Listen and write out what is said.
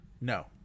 No